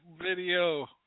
video